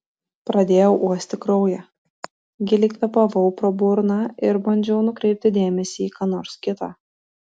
pradėjau uosti kraują giliai kvėpavau pro burną ir bandžiau nukreipti dėmesį į ką nors kita